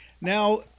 Now